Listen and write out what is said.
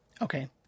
Okay